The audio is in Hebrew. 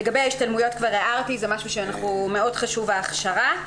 הערתי כבר לגבי ההשתלמויות ומאוד חשובה ההכשרה.